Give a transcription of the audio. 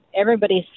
everybody's